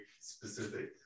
specific